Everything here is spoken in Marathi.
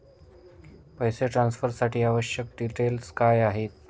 पैसे ट्रान्सफरसाठी आवश्यक डिटेल्स काय आहेत?